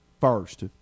first